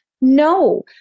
no